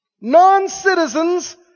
Non-citizens